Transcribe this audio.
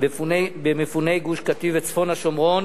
במפוני גוש-קטיף וצפון השומרון,